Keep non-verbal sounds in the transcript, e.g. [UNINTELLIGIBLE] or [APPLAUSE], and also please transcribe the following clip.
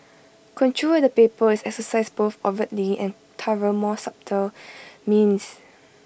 control at the paper is exercised both overtly and [UNINTELLIGIBLE] more subtle means